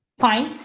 fine,